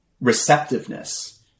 receptiveness